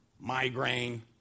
migraine